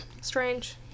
strange